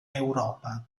europa